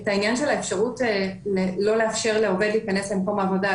האפשרות לא לאפשר לעובד להיכנס למקום העבודה,